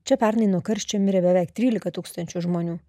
čia pernai nuo karščio mirė beveik trylika tūkstančių žmonių